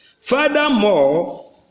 furthermore